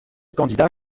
candidat